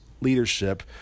leadership